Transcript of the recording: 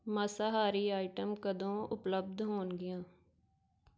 ਮਾਸਾਹਾਰੀ ਆਈਟਮ ਕਦੋਂ ਉਪਲਬਧ ਹੋਣਗੀਆਂ